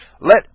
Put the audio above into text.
Let